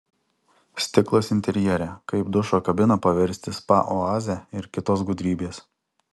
stiklas interjere kaip dušo kabiną paversti spa oaze ir kitos gudrybės